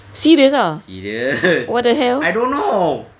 serious ah what the hell